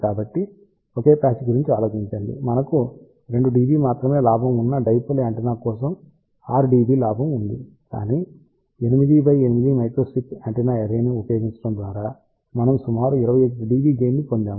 కాబట్టి ఒకే ప్యాచ్ గురించి ఆలోచించండి మనకు 2 డిబి మాత్రమే లాభం ఉన్న డైపోల్ యాంటెన్నా కోసం 6 డిబి లాభం ఉంది కానీ 8 x 8 మైక్రోస్ట్రిప్ యాంటెన్నా అర్రే ని ఉపయోగించడం ద్వారా మనం సుమారు 21 డిబి గెయిన్ ని పొందవచ్చు